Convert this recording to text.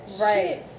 right